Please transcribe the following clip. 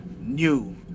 New